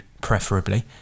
preferably